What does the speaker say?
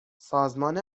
سازمان